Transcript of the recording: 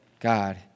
God